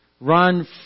run